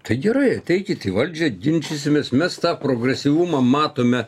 tai gerai ateikit į valdžią ginčysimės mes tą progresyvumą matome